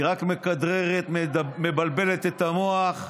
היא רק מכדררת, מבלבלת את המוח.